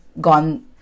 gone